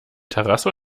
terrasse